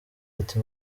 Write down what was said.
ati